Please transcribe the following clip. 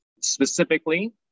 Specifically